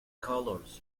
colored